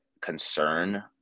concern